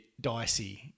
dicey